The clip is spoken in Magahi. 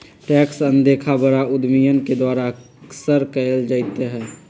टैक्स अनदेखा बड़ा उद्यमियन के द्वारा अक्सर कइल जयते हई